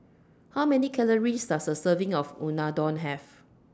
How Many Calories Does A Serving of Unadon Have